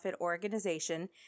organization